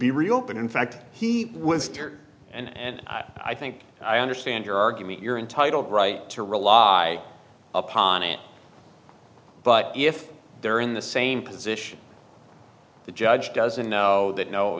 be reopened in fact he was tired and i think i understand your argument you're entitled right to rely upon it but if they're in the same position the judge doesn't know that know